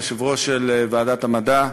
היושב-ראש של ועדת המדע,